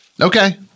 Okay